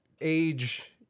age